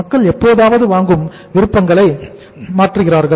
மக்கள் எப்போதாவது வாங்கும் விருப்பங்களை மாற்றுகிறார்கள்